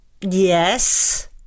Yes